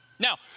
Now